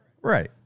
Right